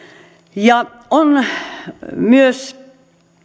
on myös